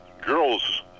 girls